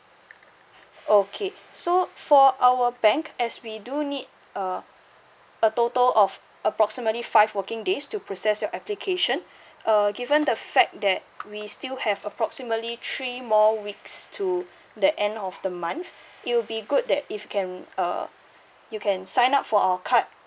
okay so for our bank as we do need uh a total of approximately five working days to process your application uh given the fact that we still have approximately three more weeks to the end of the month it'll be good that if can uh you can sign up for our card